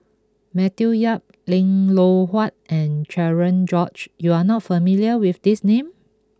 Matthew Yap Lim Loh Huat and Cherian George you are not familiar with these names